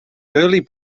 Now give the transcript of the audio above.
early